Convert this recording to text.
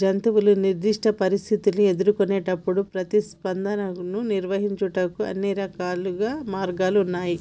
జంతువు నిర్దిష్ట పరిస్థితుల్ని ఎదురుకొన్నప్పుడు ప్రతిస్పందనను నిర్వహించుటకు అన్ని రకాల మార్గాలు ఉన్నాయి